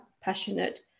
passionate